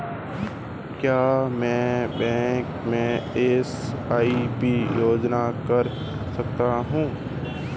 क्या मैं बैंक में एस.आई.पी योजना कर सकता हूँ?